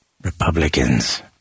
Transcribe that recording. Republicans